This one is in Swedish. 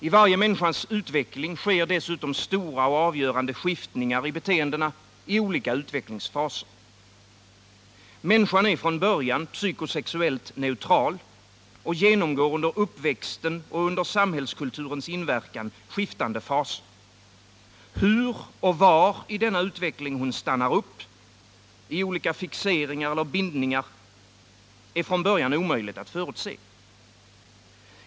I varje människas utveckling sker dessutom stora och avgörande skiftningar i beteendena i olika utvecklingsfaser. Människan är från början psykosexuellt neutral och genomgår under uppväxten och samhällskulturens inverkan skiftande faser. Hur och var i denna utveckling hon stannar upp i olika fixeringar och bindningar är från början omöjligt att förutse.